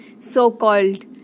so-called